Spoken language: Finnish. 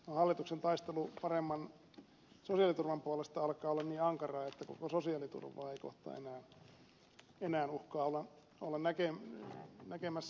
hallituksen taistelu paremman sosiaaliturvan puolesta alkaa olla niin ankaraa että koko sosiaaliturvaa ei kohta enää olla näkemässä